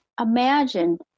Imagine